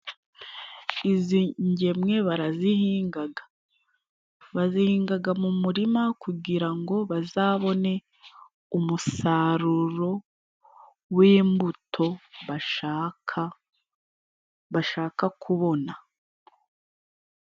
Izi ngemwe barazihingaga. Bazihingaga mu murima kugira ngo bazabone umusaruro w'imbuto bashaka, bashaka kubona.